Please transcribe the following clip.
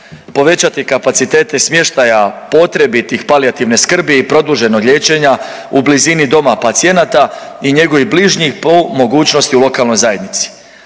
Povećati kapacitete smještaja potrebitih palijativne skrbi i produženog liječenja u blizini doma pacijenata i njegovih bližnjih po mogućnosti u lokalnoj zajednici.